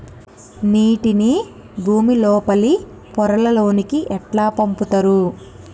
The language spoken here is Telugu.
నీటిని భుమి లోపలి పొరలలోకి ఎట్లా పంపుతరు?